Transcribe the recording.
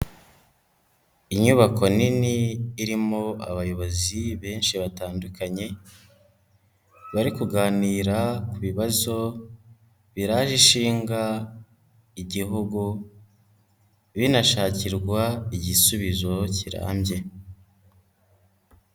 Inyubako nini irimo abayobozi benshi batandukanye, bari kuganira ku bibazo biraje ishinga igihugu binashakirwa igisubizo kirambye.